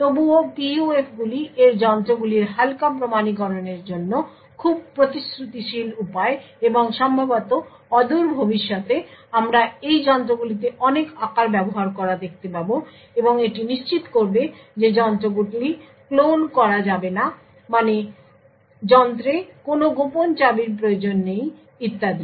তবুও PUFগুলি এর যন্ত্রগুলির হালকা প্রমাণীকরণের জন্য খুব প্রতিশ্রুতিশীল উপায় এবং সম্ভবত অদূর ভবিষ্যতে আমরা এই যন্ত্রগুলিতে অনেক আকার ব্যবহার করা দেখতে পাব এবং এটি নিশ্চিত করবে যে যন্ত্রগুলি ক্লোন করা যাবে না যন্ত্রে কোনও গোপন চাবির প্রয়োজন নেই ইত্যাদি